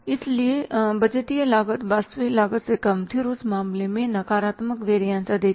इसलिए बजटीय लागत वास्तविक लागत से कम थी उस मामले में नकारात्मक वेरियस अधिक है